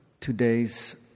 today's